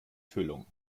füllung